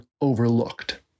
overlooked